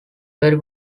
vary